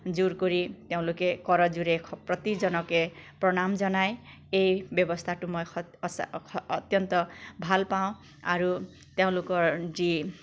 জোৰ কৰি তেওঁলোকে কৰজোৰে প্ৰতিজনকে প্ৰণাম জনাই এই ব্যৱস্থাটো মই সৎ অচা অস অত্যন্ত ভাল পাওঁ আৰু তেওঁলোকৰ যি